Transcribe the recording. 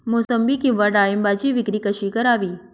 मोसंबी किंवा डाळिंबाची विक्री कशी करावी?